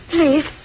Please